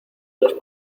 los